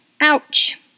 Ouch